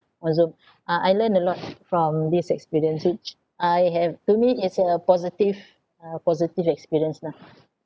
for Zoom uh I learned a lot from this experience which I have to me it's a positive a positive experience lah